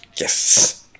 Yes